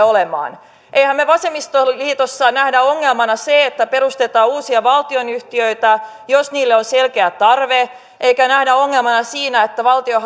olemaan emmehän me vasemmistoliitossa näe ongelmana sitä että perustetaan uusia valtionyhtiöitä jos niille on selkeä tarve emmekä näe ongelmaa siinä että valtio